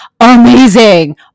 amazing